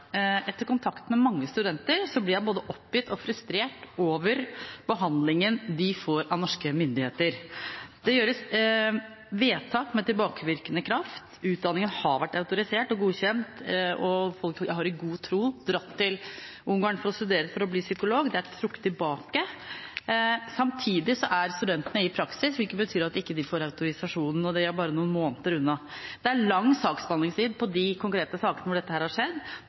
Etter kontakt med mange studenter blir jeg både oppgitt og frustrert over behandlingen de får av norske myndigheter. Det gjøres vedtak med tilbakevirkende kraft. Utdanningen har vært autorisert og godkjent, og folk har i god tro dratt til Ungarn for å studere for å bli psykolog. Det er trukket tilbake. Samtidig er studentene i praksis, hvilket betyr at de ikke får autorisasjon, og de er bare noen måneder unna. Det er lang saksbehandlingstid i de konkrete sakene hvor dette har skjedd.